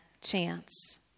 chance